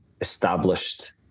established